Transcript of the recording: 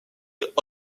est